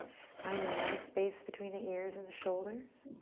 find a nice space between the ears and the shoulders.